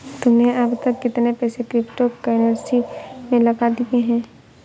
तुमने अब तक कितने पैसे क्रिप्टो कर्नसी में लगा दिए हैं?